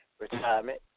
retirement